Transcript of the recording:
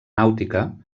nàutica